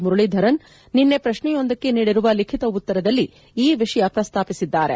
ಮುರುಳೀಧರನ್ ನಿನ್ನೆ ಪ್ರಶ್ನೆ ಯೊಂದಕ್ಕೆ ನೀಡಿರುವ ಲಿಖಿತ ಉತ್ತರದಲ್ಲಿ ಈ ವಿಷಯ ಪ್ರಸ್ತಾಪಿಸಿದ್ದಾರೆ